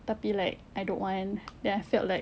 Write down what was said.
tapi like I don't want then I felt like